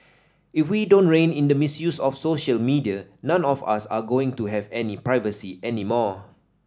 if we don't rein in the misuse of social media none of us are going to have any privacy anymore